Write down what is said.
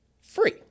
Free